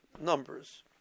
numbers